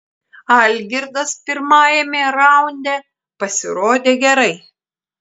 algirdas pirmajame raunde pasirodė gerai